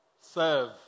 Serve